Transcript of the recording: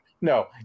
No